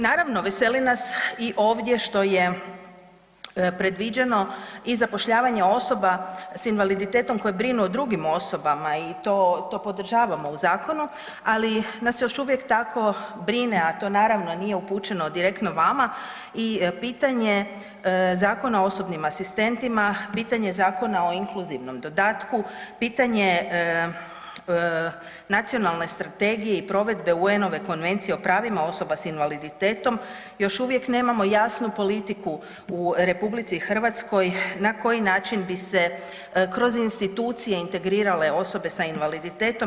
Naravno veseli nas i ovdje što je predviđeno i zapošljavanje osoba s invaliditetom koje brinu o drugim osobama i to, to podržavamo u zakonu, ali nas još uvijek tako brine, a to naravno nije upućeno direktno vama i pitanje Zakona o osobnim asistentima, pitanje Zakona o inkluzivnom dodatku, pitanje Nacionalne strategije i provede UN-ove Konvencije o pravima osoba s invaliditetom, još uvijek nemamo jasnu politiku u RH na koji način bi se kroz institucije integrirale osobe sa invaliditetom.